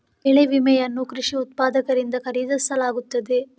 ಬೆಳೆ ವಿಮೆಯನ್ನು ಕೃಷಿ ಉತ್ಪಾದಕರಿಂದ ಖರೀದಿಸಲಾಗುತ್ತದೆ